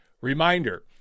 Reminder